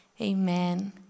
Amen